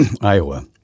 Iowa